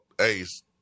Ace